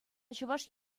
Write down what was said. чӑваш